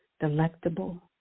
delectable